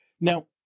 Now